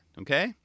Okay